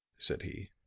said he.